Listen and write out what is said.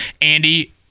Andy